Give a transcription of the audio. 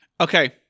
Okay